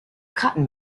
cotton